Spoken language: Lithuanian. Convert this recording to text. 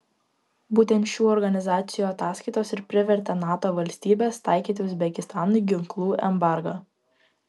būtent šių organizacijų ataskaitos ir privertė nato valstybes taikyti uzbekistanui ginklų embargą